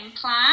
plan